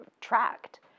tracked